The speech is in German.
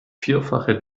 vierfache